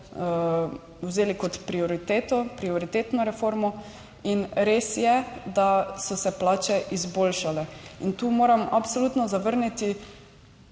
vzeli kot prioritetno reformo in res je, da so se plače izboljšale. In tu moram absolutno zavrniti